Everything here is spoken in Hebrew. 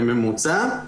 בממוצע,